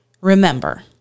remember